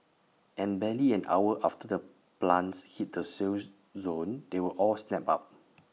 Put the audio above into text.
and barely an hour after the plants hit the sale zone they were all snapped up